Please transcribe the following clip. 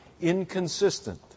inconsistent